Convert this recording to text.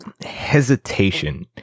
hesitation